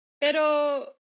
pero